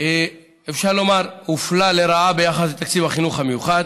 אפשר לומר שתקציב השילוב הופלה לרעה ביחס לתקציב החינוך המיוחד,